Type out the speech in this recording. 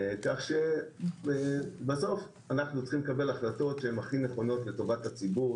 כך שבסוף אנחנו צריכים לקבל החלטות שהן הכי נכונות לטובת הציבור.